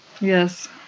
Yes